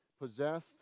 possessed